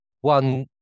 one